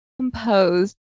composed